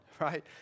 right